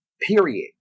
period